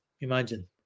Imagine